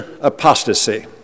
apostasy